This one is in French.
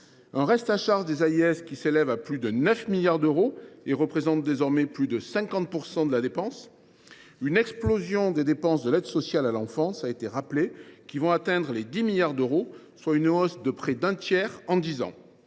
un reste à charge des AIS qui s’élève à plus de 9 milliards d’euros et représente désormais plus de 50 % de la dépense, une explosion des dépenses de l’aide sociale à l’enfance, qui atteindront 10 milliards d’euros soit une hausse de près d’un tiers en dix ans,